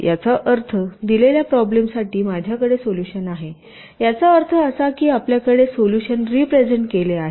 याचा अर्थ दिलेल्या प्रॉब्लेमसाठीमाझ्याकडे सोल्युशन आहे याचा अर्थ असा की आपल्याकडे सोल्युशन रिप्रेझेन्ट केले आहे